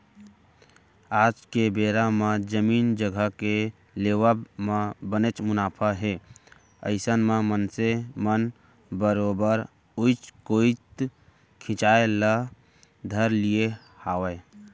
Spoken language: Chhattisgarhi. आज के बेरा म जमीन जघा के लेवब म बनेच मुनाफा हे अइसन म मनसे मन बरोबर ओइ कोइत खिंचाय ल धर लिये हावय